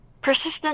persistent